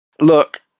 Look